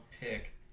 pick